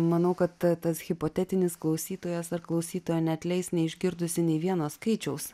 manau kad ta tas hipotetinis klausytojas ar klausytoja neatleis neišgirdusi nei vieno skaičiaus